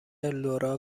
لورا